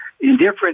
indifferent